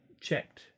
checked